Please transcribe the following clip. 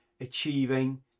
achieving